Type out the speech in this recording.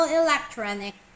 electronic